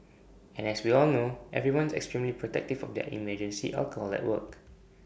and as we all know everyone is extremely protective for their emergency alcohol at work